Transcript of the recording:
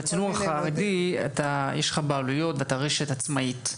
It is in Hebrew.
בציבור החרדי יש לך בעלויות ואתה רשת עצמאית.